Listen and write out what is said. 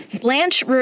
Blanche